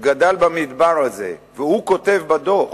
שגדל במדבר הזה והוא כותב בדוח